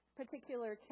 particular